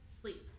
sleep